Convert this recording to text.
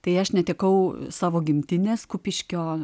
tai aš netekau savo gimtinės kupiškio